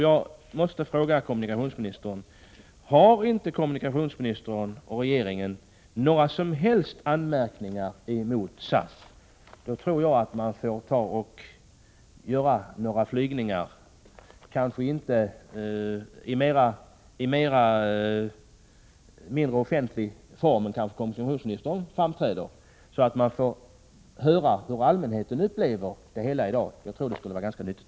Jag måste därför fråga kommunikationsministern: Har inte kommunikationsministern och regeringen i övrigt några som helst anmärkningar att rikta mot SAS? I så fall tror jag att det är bäst att kommunikationsministern gör några flygresor — dock kanske mindre offentligt än i egenskap av kommunikationsminister. Då får han veta hur allmänheten upplever det hela i dag. Jag tror att det skulle vara ganska nyttigt.